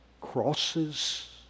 crosses